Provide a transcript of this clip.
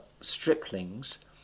striplings